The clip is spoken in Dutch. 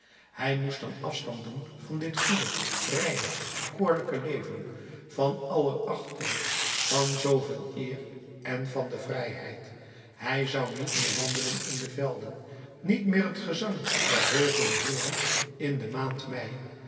hij moest dan afstand doen van dit goede reine bekoorlijke leven van aller achting van zooveel eer en van de vrijheid hij zou niet meer wandelen in de velden niet meer het gezang der vogelen hooren in de maand mei